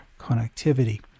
connectivity